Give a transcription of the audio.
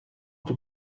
tout